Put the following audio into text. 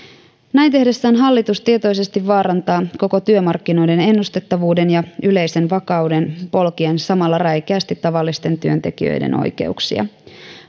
näin tehdessään hallitus tietoisesti vaarantaa koko työmarkkinoiden ennustettavuuden ja yleisen vakauden polkien samalla räikeästi tavallisten työntekijöiden oikeuksia